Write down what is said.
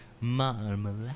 Marmalade